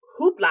hoopla